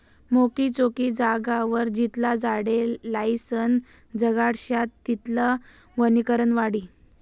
मोकयी चोकयी जागावर जितला झाडे लायीसन जगाडश्यात तितलं वनीकरण वाढी